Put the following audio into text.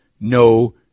no